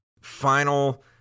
final